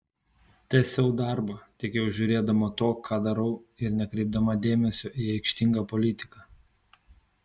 tęsiau darbą tik jau žiūrėdama to ką darau ir nekreipdama dėmesio į aikštingą politiką